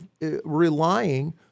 relying